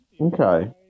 Okay